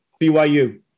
BYU